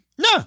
No